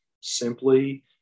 simply